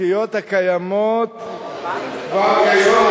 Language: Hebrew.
החוקיות הקיימות כבר כיום,